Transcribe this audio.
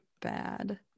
bad